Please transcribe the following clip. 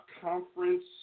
conference